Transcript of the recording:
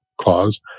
clause